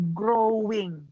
growing